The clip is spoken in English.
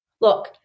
Look